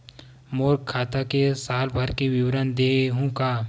मोर खाता के साल भर के विवरण देहू का?